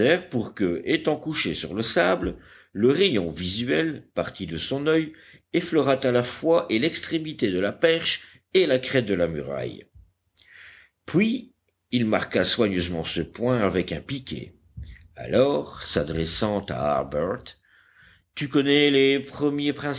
pour que étant couché sur le sable le rayon visuel parti de son oeil effleurât à la fois et l'extrémité de la perche et la crête de la muraille puis il marqua soigneusement ce point avec un piquet alors s'adressant à harbert tu connais les premiers